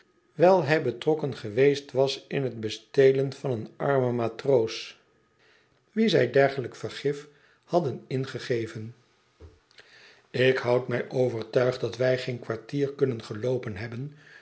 wijl hij betrokken geweest was in het bestelen van een armen matroos wien zij dergelijk vergif hadden ingegeven ik houd mij overtuigd dat wij geen kwartier kunnen geloopen hebben